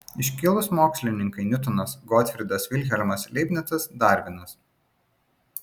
iškilūs mokslininkai niutonas gotfrydas vilhelmas leibnicas darvinas